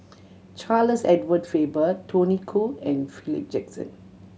Charles Edward Faber Tony Khoo and Philip Jackson